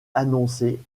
annoncé